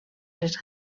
les